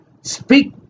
speak